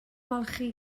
ymolchi